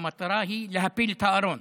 המטרה היא להפיל את הארון.